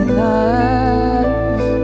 life